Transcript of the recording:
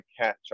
catch